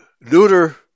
neuter